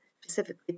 specifically